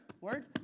word